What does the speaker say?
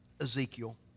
Ezekiel